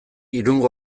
irungo